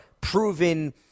proven